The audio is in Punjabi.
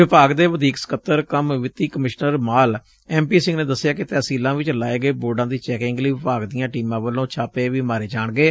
ਵਿਭਾਗ ਦੇ ਵਧੀਕ ਸਕੱਤਰ ਕਮ ਵਿੱਤੀ ਕਮਿਸ਼ਨਰ ਮਾਲ ਐਮ ਪੀ ਸਿੰਘ ਨੇ ਦਸਿਐ ਕਿ ਤਹਿਸੀਲਾਂ ਵਿਚ ਲਾਏ ਗਏ ਬੋਰਡਾਂ ਦੀ ਚੈਕਿੰਗ ਲਈ ਵਿਭਾਗ ਦੀਆਂ ਟੀਮਾਂ ਵੱਲੋਂ ਛਾਪੇ ਵੀ ਮਾਰੇ ਜਾਣਗੇ